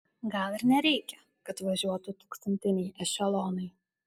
gal ir nereikia kad važiuotų tūkstantiniai ešelonai